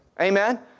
Amen